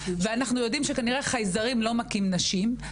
ואנחנו יודעים שכנראה חייזרים לא מכים נשים,